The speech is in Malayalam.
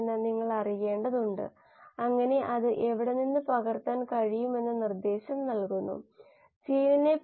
മെറ്റീരിയൽ ബാലൻസ് അടിസ്ഥാനകാര്യങ്ങളും മറ്റും നമ്മൾ പരിശോധിച്ചു